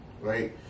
Right